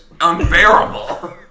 unbearable